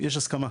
יש הסכמה.